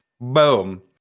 Boom